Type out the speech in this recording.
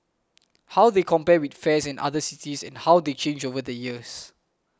how they compare with fares in other cities and how they change over the years